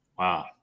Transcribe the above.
Wow